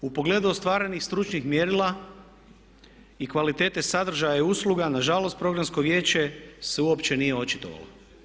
U pogledu ostvarenih stručnih mjerila i kvalitete sadržaja i usluga nažalost programsko vijeće se uopće nije očitovalo.